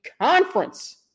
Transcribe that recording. conference